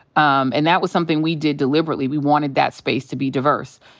um and that was something we did deliberately. we wanted that space to be diverse.